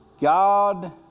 God